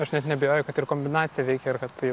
aš net neabejoju kad ir kombinacija veikia ir kad tai